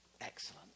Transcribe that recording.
Excellent